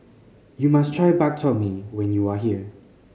you must try Bak Chor Mee when you are here